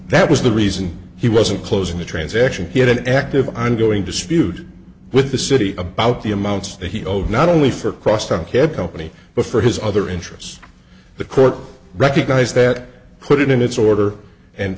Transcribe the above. that was the reason he wasn't closing the transaction he had an active i'm going to spewed with the city about the amounts that he owed not only for crosstown cab company but for his other interests the court recognized that put it in its order and